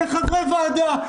כחברי ועדה.